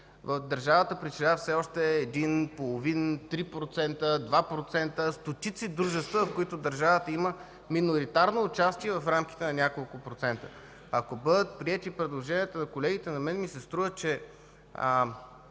държавата има един процент, половин процент, два процента. В стотици дружества държавата има миноритарно участие в рамките на няколко процента. Ако бъдат приети предложенията на колегите, на мен ми се струва, че